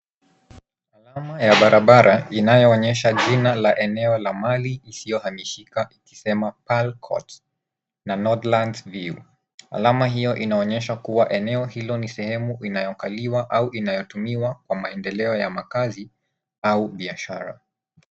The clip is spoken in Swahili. Alama ya barabara inayoonyesha jina la eneo la mali isiyohamishika ikisema Pearl Court na Northlands View. Alama hiyo inaonyesha kuwa eneo hilo ni sehemu inayokaliwa au inayotumiwa kwa maendeleo ya makazi au biashara.